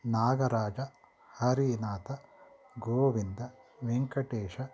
Nagaraja Harinath Govinda Venkatesha